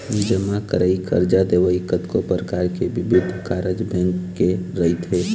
जमा करई, करजा देवई, कतको परकार के बिबिध कारज बेंक के रहिथे